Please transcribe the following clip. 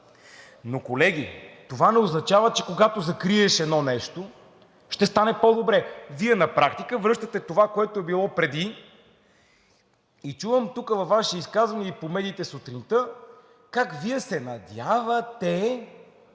Но, колеги, това не означава, че когато закриеш едно нещо, ще стане по-добре. Вие на практика връщате това, което е било преди. Чувам тук – във Ваши изказвания и по медиите сутринта, как Вие се надявате